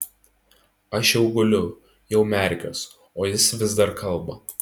aš jau guliu jau merkiuos o jis vis dar kalba